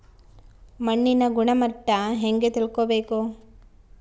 ಮಣ್ಣಿನ ಗುಣಮಟ್ಟ ಹೆಂಗೆ ತಿಳ್ಕೊಬೇಕು?